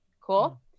Cool